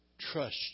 trust